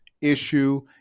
issue